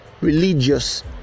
religious